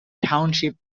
township